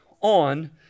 on